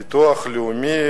הביטוח הלאומי